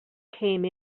came